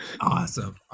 awesome